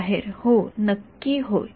बाहेर हो नक्की होय